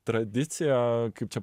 tradicija kaip čia